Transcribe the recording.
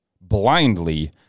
blindly